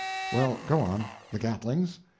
well, go on. the gatlings?